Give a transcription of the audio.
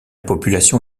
population